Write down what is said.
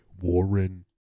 Warren